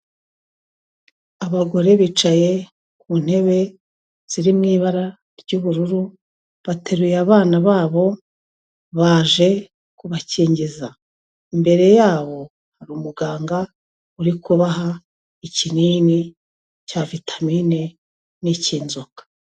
Abagore bicaye ku ntebe ziri mu ibara ry'ubururu, bateruye abana babo baje kubakingiza, imbere ya hari umuganga uri kubaha ikinini cya vitamine n'ik'inzoka.